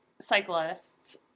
cyclists